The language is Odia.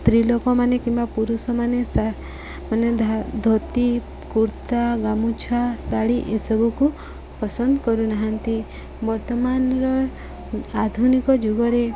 ସ୍ତ୍ରୀଲୋକମାନେ କିମ୍ବା ପୁରୁଷମାନେ ସା ମାନେ ଧୋତି କୁର୍ତ୍ତା ଗାମୁଛା ଶାଢ଼ୀ ଏସବୁକୁ ପସନ୍ଦ କରୁନାହାନ୍ତି ବର୍ତ୍ତମାନର ଆଧୁନିକ ଯୁଗରେ